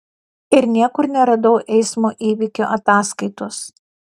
ir niekur neradau eismo įvykio ataskaitos